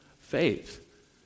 faith